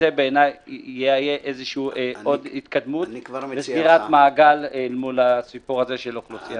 זו בעיניי תהיה עוד התקדמות וסגירת מעגל מול אוכלוסיית צד"ל.